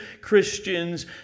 Christians